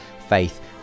faith